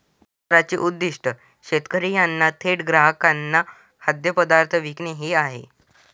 बाजाराचे उद्दीष्ट शेतकरी यांनी थेट ग्राहकांना खाद्यपदार्थ विकणे हे आहे